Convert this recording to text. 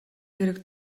хэрэг